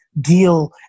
deal